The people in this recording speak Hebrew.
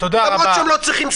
למרות שהם לא צריכים.